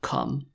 Come